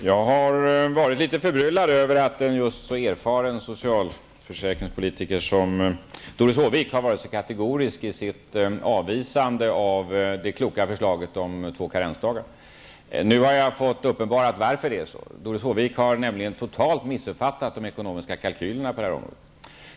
Herr talman! Jag har varit litet förbryllad över att just en så erfaren socialförsäkringspolitiker som Doris Håvik har varit så kategorisk i sitt avvisande av det kloka förslaget om två karensdagar. Nu har jag fått uppenbarat varför det är så. Doris Håvik har nämligen totalt missuppfattat de ekonomiska kalkylerna på det här området.